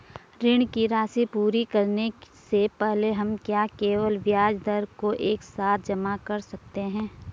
ऋण की राशि पूरी करने से पहले हम क्या केवल ब्याज दर को एक साथ जमा कर सकते हैं?